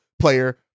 player